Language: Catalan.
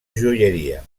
joieria